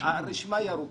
והרשימה עוד ארוכה.